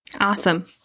awesome